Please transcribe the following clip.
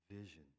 vision